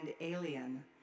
alien